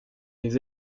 les